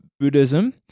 buddhism